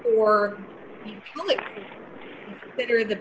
or that are the